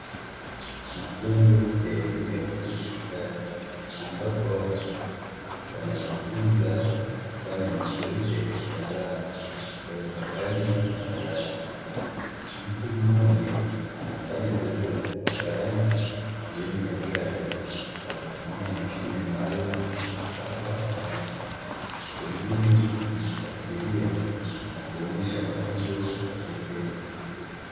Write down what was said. Mafunzo ya elimu ya ufundi stadi ambapo watu wanajifunza kufanya mazoezi ya kitaalamu ya upakaji wa rangi, mtu mmoja anafanya zoezi la kupaka rangi sehemu ya gari kwa kutumia mashine maalum ya kupaka rangi, wengine wakimfuatilia na kuonyesha mafunzo kwa vitendo.